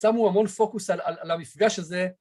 שמו המון פוקוס על על המפגש הזה